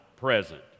present